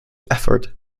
effort